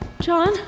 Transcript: John